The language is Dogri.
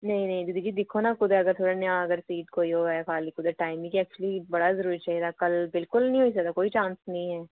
नेईं नेईं दीदी दिक्खो ना थुहाड़े नै हां करी दित्ती कोई होऐ टैम मिगी एक्चूअली बड़ा जरूरी चाहिदा कल बिलकुल निं होई सकदा कोई चांस निं है'न